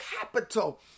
capital